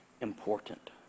important